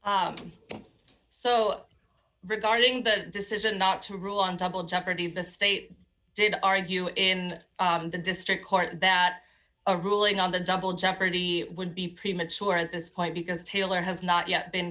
a so regarding the decision not to rule on temple jeopardy the state did argue in the district court that a ruling on the double jeopardy would be premature at this point because taylor has not yet been